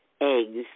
eggs